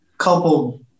couple